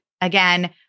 Again